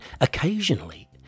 occasionally